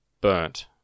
burnt